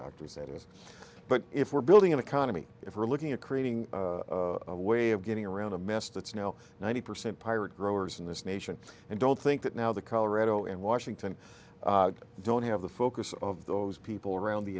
doctors that is but if we're building an economy if we're looking at creating a way of getting around a mess that's now ninety percent pirate growers in this nation and don't think that now the colorado and washington don't have the focus of those people around the